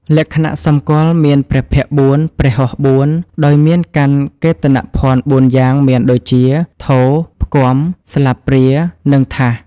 លក្ខណៈសម្គាល់ មានព្រះភ័ក្ត្រ៤ ព្រះហស្ថ៤ ដោយមានកាន់កេតណភ័ណ្ឌ៤យ៉ាង មានដូចជា ថូ ផ្គាំ ស្លាបព្រា និងថាស ។